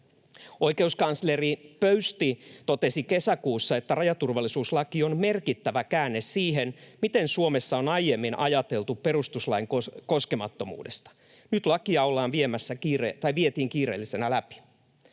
Oikeuskansleri Pöysti totesi kesäkuussa, että rajaturvallisuuslaki on merkittävä käänne siihen, miten Suomessa on aiemmin ajateltu perustuslain koskemattomuudesta. Nyt lakia vietiin kiireellisenä läpi.